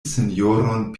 sinjoron